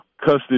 custody